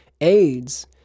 AIDS